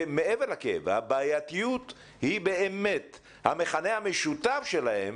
ומעבר לכאב, הבעייתיות המכנה המשותף שלהם